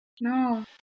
no